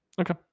Okay